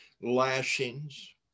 lashings